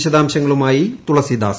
വിശദാംശങ്ങളുമായിതുളസിദാസ്